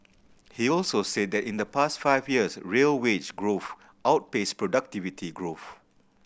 he also said that in the past five years real wage growth outpaced productivity growth